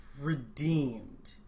redeemed